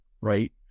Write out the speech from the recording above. right